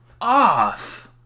off